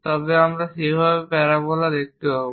তবে আমরা সেইভাবে প্যারাবোলা দেখতে পাব